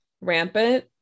rampant